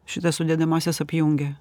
šitą sudedamąsias apjungė